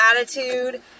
attitude